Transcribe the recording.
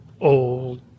old